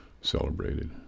celebrated